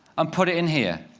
and put it in here.